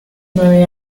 nueve